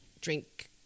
drink